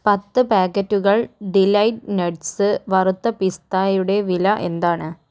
പത്ത് പാക്കറ്റുകൾ delight nuts വറുത്ത പിസ്തയുടെ വില എന്താണ്